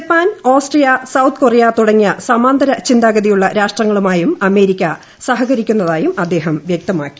Japan ട്രാസ്ട്രേലിയ South Korea തുടങ്ങിയ സമാന്തര ചിന്താഗതിയുള്ള രാഷ്ട്രങ്ങളുമായും അമേരിക്ക സഹകരിക്കുന്നതായും അദ്ദേഹം വൃക്തമാക്കി